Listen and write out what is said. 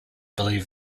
believe